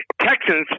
Texans